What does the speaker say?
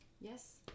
Yes